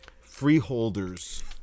freeholders